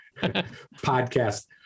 Podcast